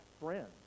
friends